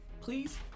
Please